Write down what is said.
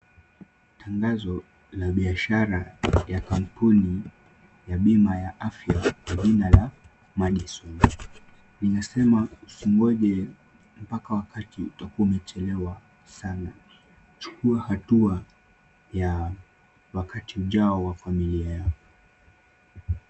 Tangazo la biashara ya kampuni ya bima ya afya kwa jina la Madison. Inasema usingoje mpaka wakati utakuwa umechelewa sana. Chukua hatua ya wakati ujao wa familia yako.